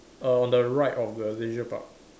err on the right of the leisure park